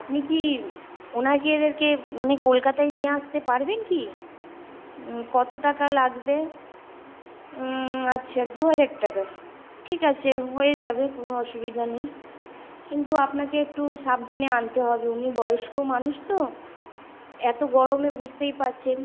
আপনি কি ওনাকে এদেরকে মানে কলকাতায় নিয়ে আসতে পারবেন কি কতো টাকা লাগবে আচ্ছা দু হাজার টাকা ঠিক আছে হয়ে যাবে কোনো অসুবিধা নেই কিন্তু আপনাকে একটু সাবধানে আনতে হবে উনি বয়স্ক মানুষ তো এতো গরমে বুসতেই পারছেন